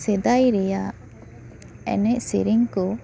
ᱥᱮᱫᱟᱭ ᱨᱮᱭᱟᱜ ᱮᱱᱮᱡ ᱥᱮᱨᱮᱧ ᱠᱚ